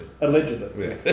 allegedly